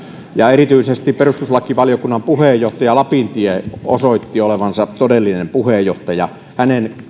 ja erityisesti perustuslakivaliokunnan puheenjohtaja lapintie osoitti olevansa todellinen puheenjohtaja hänen